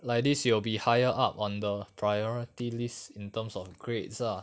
like this you will be higher up on the priority list in terms of grades lah